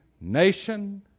nation